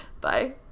bye